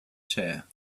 chair